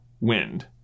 wind